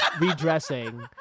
redressing